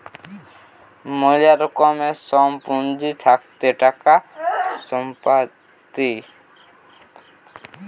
ময়লা রকমের সোম পুঁজি থাকে টাকা, সম্পত্তি